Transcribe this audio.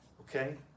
Okay